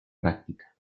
práctica